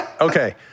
Okay